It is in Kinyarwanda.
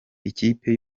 ikipe